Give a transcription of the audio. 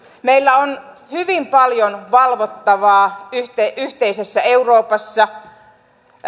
meillä on hyvin paljon valvottavaa yhteisessä yhteisessä euroopassa